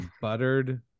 buttered